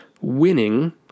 winning